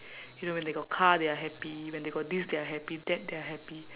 you know when they got car they are happy when they got this they are happy that they are happy